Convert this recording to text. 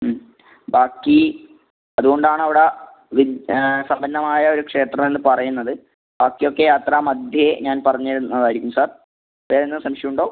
ഉം ബാക്കി അതുകൊണ്ടാണ് അവിടെ സമ്പന്നമായ ഒരു ക്ഷേത്രം എന്ന് പറയുന്നത് ബാക്കി ഒക്കെ യാത്രാ മദ്ധ്യേ ഞാൻ പറഞ്ഞ് തരുന്നത് ആയിരിക്കും സാർ വേറെ എന്തെലും സംശയം ഉണ്ടോ